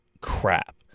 crap